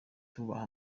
tubaha